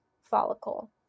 follicle